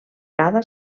cada